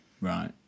Right